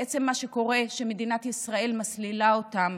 בעצם מה שקורה הוא שמדינת ישראל מסלילה אותם